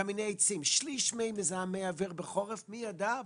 קמיני עצים שליש ממזהמי האוויר בחורף מי ידע,